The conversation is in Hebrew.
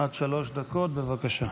עד שלוש דקות, בבקשה.